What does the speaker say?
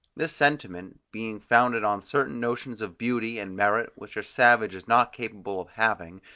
this sentiment, being founded on certain notions of beauty and merit which a savage is not capable of having,